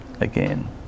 again